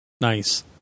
Nice